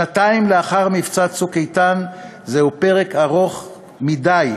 שנתיים לאחר מבצע "צוק איתן", זהו פרק ארוך מדי,